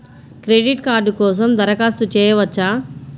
Credit card కోసం దరఖాస్తు చేయవచ్చా?